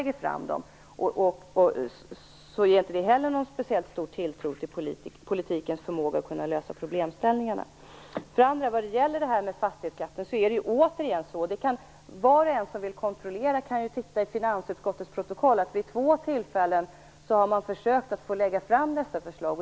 Det ger inte heller någon speciellt stor tilltro till politikens förmåga att kunna lösa problemställningar om man inte tänker efter litet först vad förslagen kan få för effekter innan man lägger fram dem. När det gäller fastighetsskatten vill jag säga att var och en som vill kontrollera kan titta i finansutskottets protokoll. Vid två tillfällen har vi försökt att få lägga fram dessa förslag.